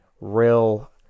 real